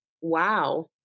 wow